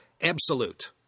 absolute